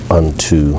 unto